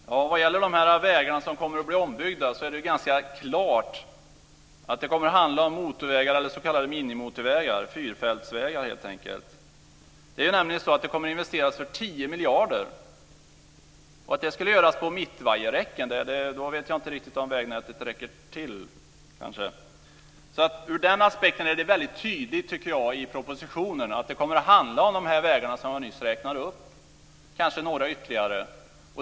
Herr talman! Vad gäller de vägar som kommer att byggas om är det ganska klart att det kommer att handla om motorvägar - eller s.k. minimotorvägar, fyrfältsvägar helt enkelt. Det kommer nämligen att investeras för 10 miljarder. Ska det göras på mittvajerräcken, då jag inte riktigt om vägnätet räcker till. Från den aspekten är det, tycker jag, väldigt tydligt i propositionen att det kommer att handla om de vägar som nyss räknats upp, och kanske om ytterligare några.